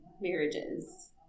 Marriages